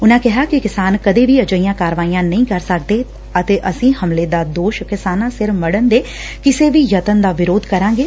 ਉਨਾਂ ਕਿਹਾ ਕਿ ਕਿਸਾਨ ਕਦੇ ਵੀ ਅਜਿਹੀਆਂ ਕਾਰਵਾਈਆਂ ਨਹੀ ਕਰ ਸਕਦੇ ਤੇ ਅਸੀ ਹਮਲੇ ਦਾ ਦੋਸ਼ ਕਿਸਾਨਾਂ ਸਿਰ ਮੜਨ ਦੇ ਕਿਸੇ ਵੀ ਯਤਨ ਦਾ ਵਿਰੋਧ ਕਰਾਂਗੇ